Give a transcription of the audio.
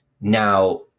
Now